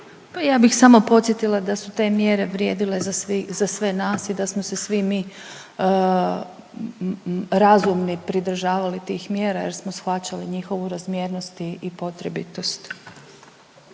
Ja bih samo podsjetila da su te mjere vrijedile za sve nas i da smo se svi mi razumni pridržavali tih mjera jer smo shvaćali njihovu razmjernost i, i potrebitost.